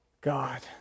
God